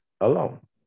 alone